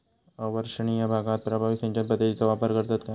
अवर्षणिय भागात प्रभावी सिंचन पद्धतीचो वापर करतत काय?